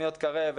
תוכניות קרב,